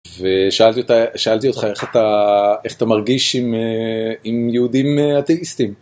ושאלתי אותה, אותך איך אתה מרגיש עם יהודים אטאיסטים.